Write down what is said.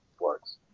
works